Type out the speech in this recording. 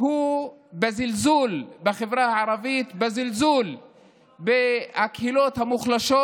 הם בזלזול בחברה הערבית, בזלזול בקהילות המוחלשות,